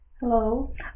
Hello